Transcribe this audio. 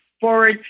forward